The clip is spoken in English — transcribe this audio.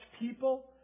people